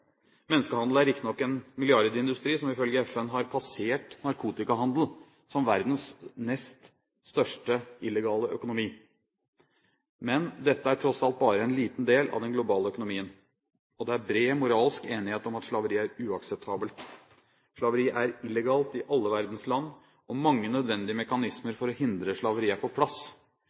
Menneskehandel er riktignok en milliardindustri som ifølge FN har passert narkotikahandel som verdens nest største illegale økonomi. Men dette er tross alt bare en liten del av den globale økonomien, og det er bred moralsk enighet om at slaveri er uakseptabelt. Slaveri er illegalt i alle verdens land, og mange nødvendige mekanismer for å hindre slaveri er på plass.